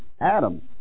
Adam